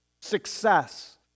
success